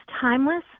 timeless